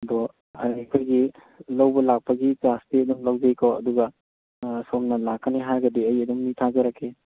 ꯑꯗꯣ ꯑꯩꯈꯣꯏꯒꯤ ꯂꯧꯕ ꯂꯥꯛꯄꯒꯤ ꯆꯥꯔꯖꯇꯤ ꯑꯗꯨꯝ ꯂꯧꯖꯩꯀꯣ ꯑꯗꯨꯒ ꯁꯣꯝꯅ ꯂꯥꯛꯀꯅꯤ ꯍꯥꯏꯔꯒꯗꯤ ꯑꯩ ꯑꯗꯨꯝ ꯃꯤ ꯊꯥꯖꯔꯛꯀꯦ